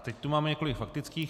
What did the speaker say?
Teď tu máme několik faktických.